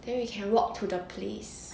then we can walk to the place